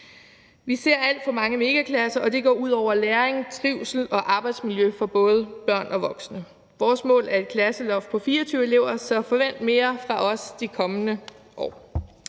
Vi ser alt for mange megaklasser, og det går ud over læring, trivsel og arbejdsmiljø for både børn og voksne. Vores mål er et klasseloft på 24 elever, så forvent mere fra os de kommende år.